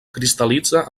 cristal·litza